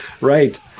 right